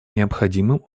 необходимым